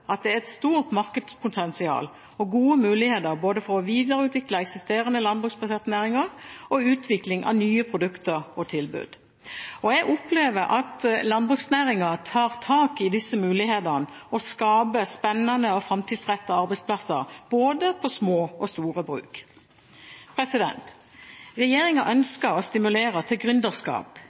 at det er et stort markedspotensial og gode muligheter både for å videreutvikle eksisterende landbruksbaserte næringer og for å utvikle nye produkter og tilbud. Jeg opplever at landbruksnæringen tar tak i disse mulighetene og skaper spennende og framtidsrettede arbeidsplasser på både små og store bruk. Regjeringen ønsker å stimulere til